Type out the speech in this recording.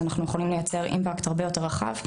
אנחנו יכולים לייצר אימפקט הרבה יותר רחב.